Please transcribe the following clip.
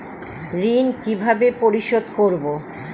ঋণ কিভাবে পরিশোধ করব?